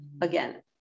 again